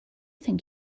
think